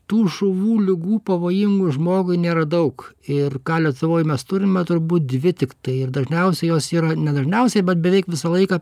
tų žuvų ligų pavojingų žmogui nėra daug ir ką lietuvoj mes turime turbūt dvi tiktai ir dažniausiai jos yra ne dažniausiai bet beveik visą laiką